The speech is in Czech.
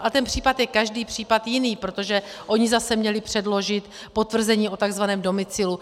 A ten případ je každý případ jiný, protože oni zase měli předložit potvrzení o tzv. domicilu.